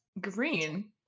green